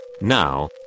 Now